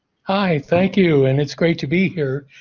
hi! thank you and it's great to be here.